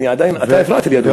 אתה הפרעת לי, אדוני.